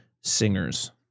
singers